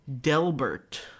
Delbert